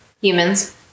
humans